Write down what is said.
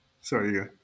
Sorry